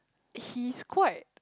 he's quite